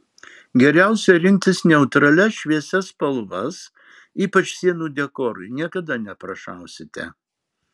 geriausia rinktis neutralias šviesias spalvas ypač sienų dekorui niekada neprašausite